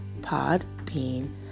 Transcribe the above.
Podbean